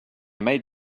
made